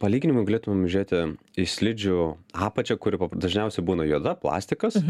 palyginimui galėtumėm žiūrėti į slidžių apačią kuri dažniausiai būna juoda plastikas